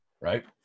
right